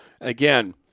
again